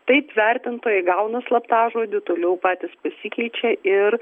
taip vertintojai gauna slaptažodį toliau patys pasikeičia ir